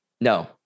No